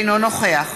אינו נוכח